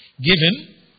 given